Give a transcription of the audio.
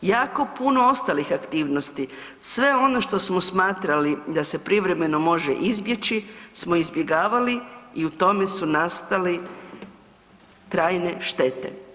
Jako puno ostalih aktivnosti, sve ono što smo smatrali da se privremeno može izbjeći, smo izbjegavali i u tome su nastali trajne štete.